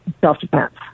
self-defense